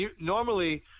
normally